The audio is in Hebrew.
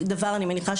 אני מניחה,